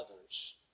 others